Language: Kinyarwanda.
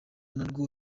narwo